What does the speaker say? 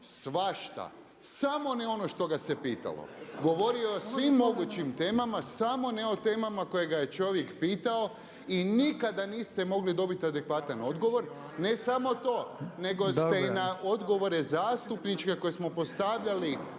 svašta samo ne ono što ga se pitalo. Govorio o je o svim mogućim temama sam ne o temama koje ga je čovjek pitao i nikada niste mogli dobiti adekvatan odgovor. Ne samo to, nego ste i na odgovore zastupnika koje smo postavljali